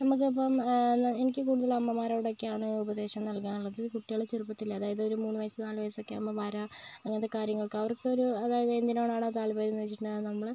നമുക്കിപ്പം എനിക്ക് കൂടുതൽ അമ്മമാരോടൊക്കെയാണ് ഉപദേശം നൽകാനുള്ളത് കുട്ടികൾ ചെറുപ്പത്തിൽ അതായത് ഒരു മൂന്ന് വയസ് നാലു വയസൊക്കെ ആകുമ്പോൾ വര അങ്ങനത്തെ കാര്യങ്ങൾക്ക് അവർക്കൊരു അതായത് എന്തിനോടാണോ താല്പര്യം എന്ന് വെച്ചിട്ടുണ്ടെങ്കിൽ അത് നമ്മള്